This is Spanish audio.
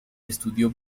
estudió